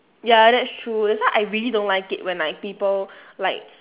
ya that's true that's why I really don't like it when like people like